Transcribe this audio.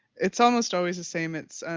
its almost always the same. it's,